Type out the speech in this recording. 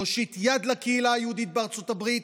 להושיט יד לקהילה היהודית בארצות הברית